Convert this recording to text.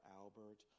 albert